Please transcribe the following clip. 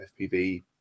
FPV